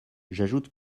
j’ajoute